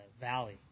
valley